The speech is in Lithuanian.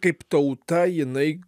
kaip tauta jinai